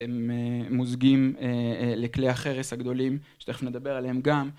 הם מוזגים לכלי החרס הגדולים שתכף נדבר עליהם גם